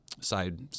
Side